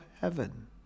heaven